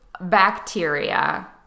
bacteria